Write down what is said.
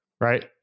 Right